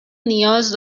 نیاز